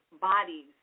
bodies